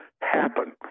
happen